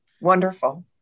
Wonderful